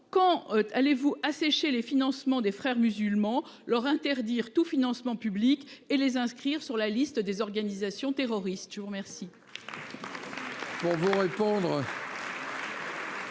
quand allez-vous assécher les financements des Frères musulmans leur interdire tout financement public et les inscrire sur la liste des organisations terroristes. Je vous remercie.